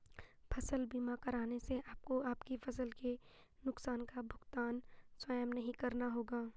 फसल बीमा कराने से आपको आपकी फसलों के नुकसान का भुगतान स्वयं नहीं करना होगा